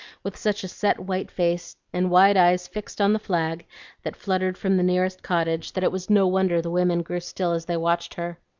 with such a set white face and wide eyes fixed on the flag that fluttered from the nearest cottage, that it was no wonder the women grew still as they watched her.